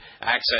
access